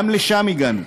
גם לשם הגענו,